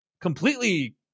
completely